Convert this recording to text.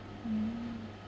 mm